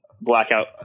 Blackout